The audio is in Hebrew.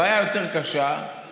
הבעיה היותר-קשה היא